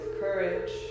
courage